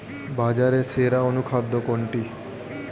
বাজারে সেরা অনুখাদ্য কোনটি?